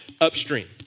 upstream